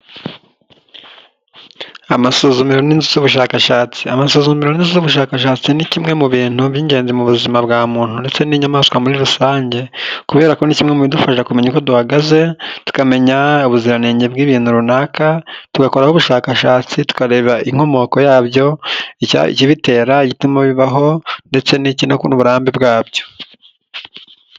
Amasuzumero n'inzu z'ubushakashatsi. Amasuzumiro n'inzu z'ubushakashatsi ni kimwe mu bintu by'ingenzi mu buzima bwa muntu ndetse n'inyamaswa muri rusange, kubera ko ni kimwe mu bidufasha kumenya uko duhagaze tukamenya ubuziranenge bw'ibintu runaka, tugakoraho ubushakashatsi tukareba inkomoko yabyo, ikibitera n'ituma bibaho ndetse n'uburambe bwabyo.